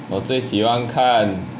我最喜欢看